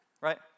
right